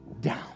down